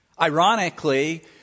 Ironically